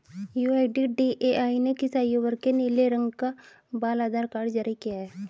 UIDAI ने किस आयु वर्ग के लिए नीले रंग का बाल आधार कार्ड जारी किया है?